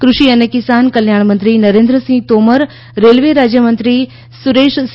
ક્રષિ અને કિસાન કલ્યાણમંત્રી નરેન્દ્ર સિંહ તોમર રેલ્વે રાજ્યમંત્રી સુરેશ સી